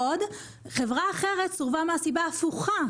חברה אחרת סורבה מסיבה הפוכה,